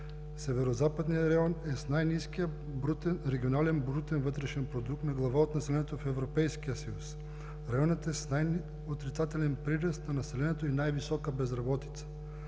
Северозападният район е с най-ниския регионален брутен вътрешен продукт на глава от населението в Европейския съюз. Районът е с най-отрицателен прираст на населението и най-висока безработица.